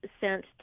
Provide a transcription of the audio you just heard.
sent